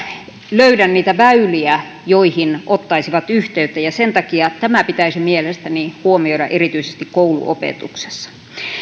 löydä niitä väyliä joihin ottaisivat yhteyttä ja sen takia tämä pitäisi mielestäni huomioida erityisesti kouluopetuksessa